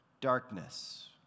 darkness